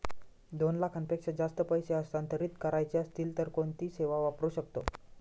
दोन लाखांपेक्षा जास्त पैसे हस्तांतरित करायचे असतील तर कोणती सेवा वापरू शकतो?